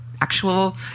actual